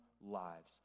lives